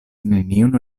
neniun